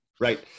Right